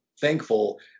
thankful